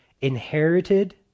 inherited